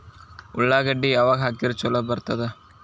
ಉಳ್ಳಾಗಡ್ಡಿ ಯಾವಾಗ ಹಾಕಿದ್ರ ಛಲೋ ಬರ್ತದ?